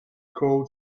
called